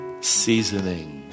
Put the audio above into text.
seasoning